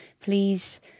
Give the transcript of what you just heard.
please